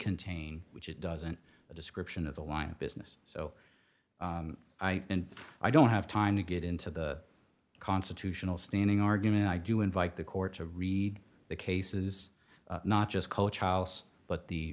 contain which it doesn't a description of the line of business so i and i don't have time to get into the constitutional standing argument i do invite the court to read the cases not just coach house but the